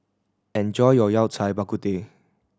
enjoy your Yao Cai Bak Kut Teh